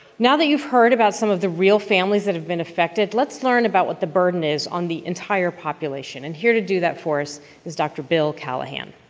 now that you've heard about some of the real families that have been affected, let's learn about what the burden is on the entire population. and here to do that for us is. bill callaghan.